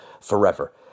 forever